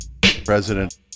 President